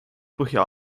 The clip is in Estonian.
põhja